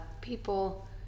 people